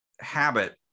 habit